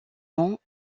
monts